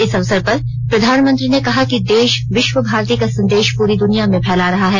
इस अवसर पर प्रधानमंत्री ने कहा कि देश विश्व भारती का संदेश पूरी द्निया में फैला रहा है